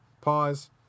Pause